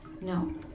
No